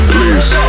Please